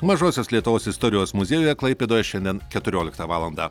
mažosios lietuvos istorijos muziejuje klaipėdoje šiandien keturioliktą valandą